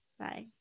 bye